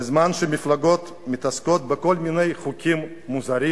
בזמן שמפלגות מתעסקות בכל מיני חוקים מוזרים,